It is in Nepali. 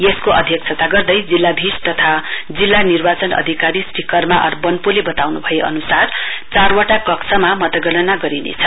यसको अध्यक्षता गर्दै जिल्लाधीश तथा जिल्ला निर्वाचन अधिकारी श्री कर्मा आर वन्पोले बताउनु भए अनुसार चारवटा कक्षमा मतगणना गरिनेछ